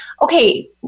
okay